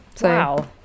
Wow